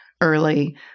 early